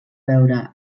veure